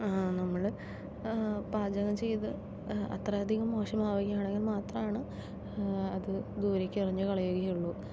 നമ്മള് പാചകം ചെയ്ത് അത്രെയധികം മോശമാവുകയാണെങ്കിൽ മാത്രാണ് അത് ദൂരേക്ക് എറിഞ്ഞു കളയുകയുള്ളൂ